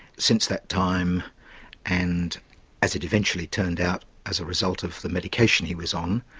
since that time and as it eventually turned out as a result of the medication he was on,